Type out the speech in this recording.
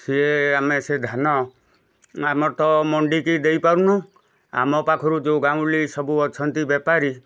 ସିଏ ଆମେ ସେ ଧାନ ଆମର ତ ମଣ୍ଡିକି ଦେଇ ପାରୁନଉ ଆମ ପାଖରୁ ଯୋଉ ଗାଉଁଲି ସବୁ ଅଛନ୍ତି ବେପାରୀ